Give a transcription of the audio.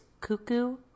cuckoo